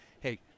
hey